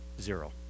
zero